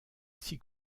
six